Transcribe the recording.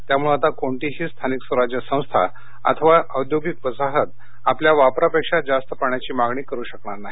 त्यामुळं आता कोणतीही स्थानिक स्वराज्य संस्था अथवा औद्योगिक वसाहत आपल्या वापरापेक्षा जास्त पाण्याची मागणी करू शकणार नाही